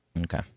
okay